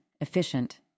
efficient